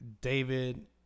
david